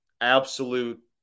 absolute –